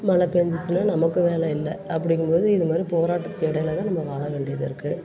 மழை பெஞ்சிச்சினா நமக்கு வேலை இல்லை அப்படிங்கும்போது இது மாதிரி போராட்டத்துக்கு இடையில தான் நம்ம வாழ வேண்டியது இருக்குது